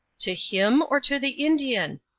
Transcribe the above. to him, or to the indian?